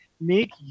make